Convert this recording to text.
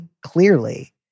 clearly